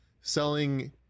selling